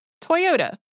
Toyota